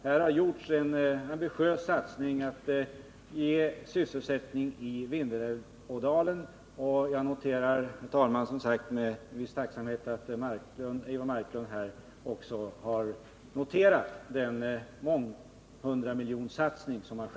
Här har gjorts en ambitiös satsning för att ge sysselsättning i Vindelådalen, och jag noterar som sagt med viss tacksamhet att Eivor Marklund också har noterat den månghundramiljonsatsning som gjorts.